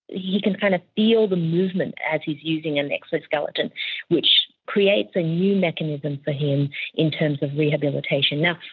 he can kind of feel the movement as he is using an exoskeleton which creates a new mechanism for him in terms of rehabilitation. now,